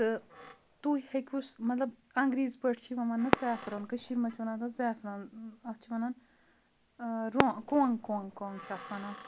تہٕ تُہۍ ہیٚکِو مطلب انٛگریٖزِ پٲٹھۍ چھِ یِوان وَننہٕ سٮ۪فرَن کٔشیٖر منٛز چھِ وَنان تَتھ زعفران اَتھ چھِ وَنان رو کۄنٛگ کونٛگ کونٛگ چھِ اَتھ وَنان